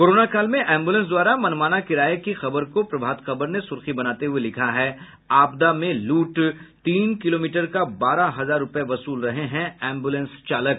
corona काल में ambulance द्वारा मनमाना किराये की खबर को प्रभात खबर ने सुर्खी बनाते हुये लिखा है आपदा में लूट तीन किलोमीटर का बारह हजार रूपये वसूल रहे हैं एम्बुलेंस चालक